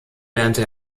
lernte